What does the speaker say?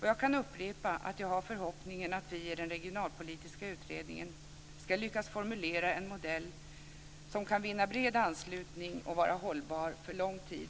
Jag kan upprepa att jag har förhoppningen att vi i den regionalpolitiska utredningen ska lyckas formulera en modell som kan vinna bred anslutning och vara hållbar för lång tid.